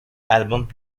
album